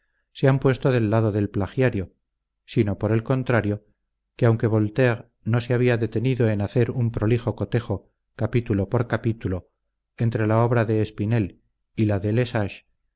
se han puesto del lado del plagiario sino por el contrario que aunque voltaire no se había detenido en hacer un prolijo cotejo capítulo por capítulo entre la obra de espinel y la de le